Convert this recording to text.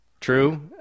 True